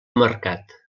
marcat